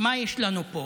מה יש לנו פה?